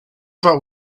about